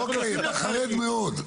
אתה חרד מאוד.